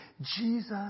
Jesus